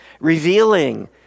revealing